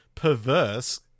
perverse